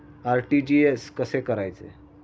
RTGS कसे करायचे?